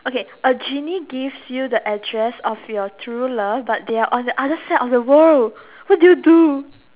okay a genie gives you the address of your true love but they are on the other side of the world what do you do